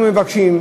אנחנו מבקשים,